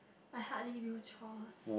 I hardly do chores